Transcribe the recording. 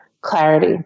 Clarity